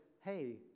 hey